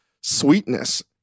sweetness